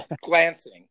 glancing